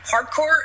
hardcore